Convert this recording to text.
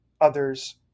others